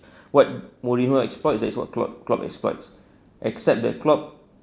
what mourinho exploits that is what clock clock exploits except that clock